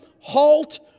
halt